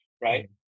right